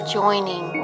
joining